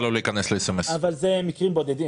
אבל אלה מקרים בודדים.